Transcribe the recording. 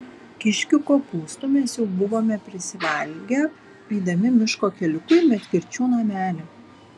kiškių kopūstų mes jau buvome prisivalgę eidami miško keliuku į medkirčių namelį